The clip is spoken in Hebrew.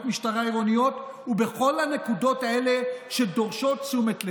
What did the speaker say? משטרה עירוניות ובכל הנקודות האלה שדורשות תשומת לב.